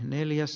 neljäs